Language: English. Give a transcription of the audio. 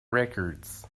records